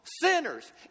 sinners